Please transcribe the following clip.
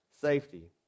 safety